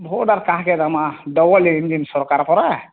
vote କାହିଁକି ଦେବା double engine ସରକାର ପରା